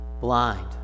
blind